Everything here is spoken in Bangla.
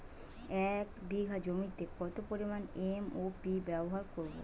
এক বিঘা জমিতে কত পরিমান এম.ও.পি ব্যবহার করব?